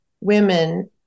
women